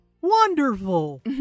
Wonderful